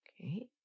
okay